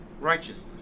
righteousness